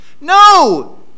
No